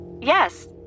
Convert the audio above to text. Yes